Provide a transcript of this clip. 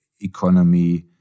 economy